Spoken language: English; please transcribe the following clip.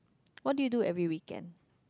what did you do every weekend